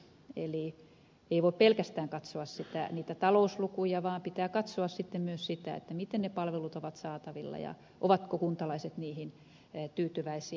eli ei voi pelkästään katsoa niitä talouslukuja vaan pitää katsoa myös sitä miten ne palvelut ovat saatavilla ja ovatko kuntalaiset niihin tyytyväisiä